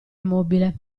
immobile